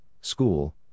school